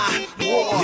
war